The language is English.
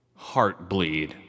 Heartbleed